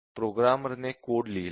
प्रोग्रामरने code लिहिला